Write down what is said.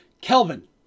Kelvin